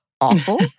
awful